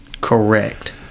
Correct